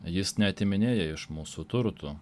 jis neatiminėja iš mūsų turtų